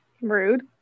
Rude